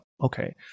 okay